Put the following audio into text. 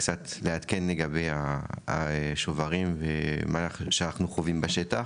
קצת לעדכן לגבי השוברים ומה שאנחנו חווים בשטח,